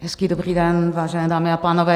Hezký dobrý den, vážené dámy a pánové.